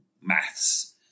maths